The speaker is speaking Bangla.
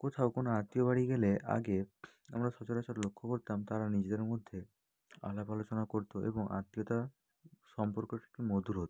কোথাও কোনো আত্মীয়র বাড়ি গেলে আগে আমরা সচরাচর লক্ষ্য করতাম তারা নিজেদের মধ্যে আলাপ আলোচনা করতো এবং আত্মীয়তা সম্পর্ক একটু মধুর হতো